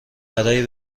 برای